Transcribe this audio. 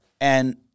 and-